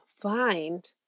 find